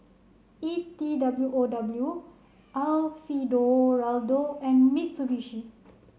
E T W O W Alfio Do Raldo and Mitsubishi